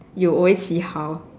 you always see how